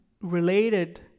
related